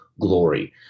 glory